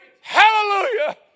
Hallelujah